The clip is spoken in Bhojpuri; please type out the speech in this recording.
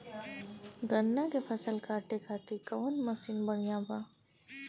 गन्ना के फसल कांटे खाती कवन मसीन बढ़ियां बा?